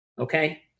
okay